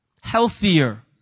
healthier